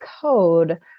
code